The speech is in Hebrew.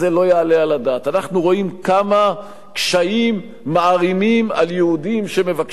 אנחנו רואים כמה קשיים מערימים על יהודים שמבקשים לרכוש קרקעות,